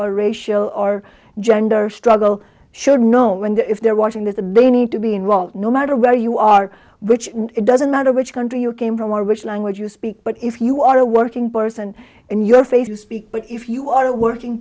racial or gender struggle should know when the if they're watching the they need to be in want no matter where you are which it doesn't matter which country you came from or which language you speak but if you are a working person and your face you speak but if you are working